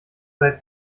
seit